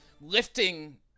lifting